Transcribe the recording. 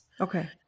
Okay